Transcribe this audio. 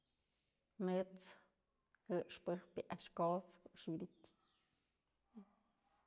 Nët's jëx pëjpë a'ax yë kot's ko'o a'ax wydytë.